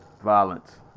violence